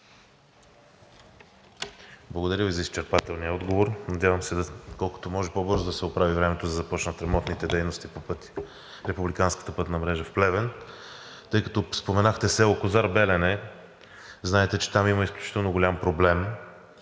Благодаря Ви за изчерпателния отговор. Надявам се колкото може по-бързо да се оправи времето, за да започнат ремонтните дейности по пътя на републиканската пътна мрежа в Плевен. Тъй като споменахте село Козар Белене – знаете, че там има изключително голям проблем,